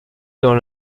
dans